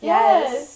Yes